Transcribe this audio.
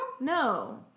No